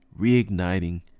reigniting